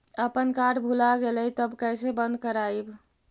अपन कार्ड भुला गेलय तब कैसे बन्द कराइब?